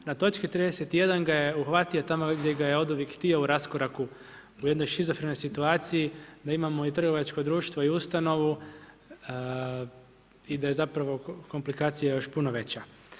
Na točki 31. ga je uhvatio tamo gdje je ga je oduvijek htio u raskoraku u jednoj šizofrenoj situaciji, da imamo i trgovačko društvo i ustanovu i da je zapravo komplikacija još puno veća.